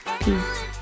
Peace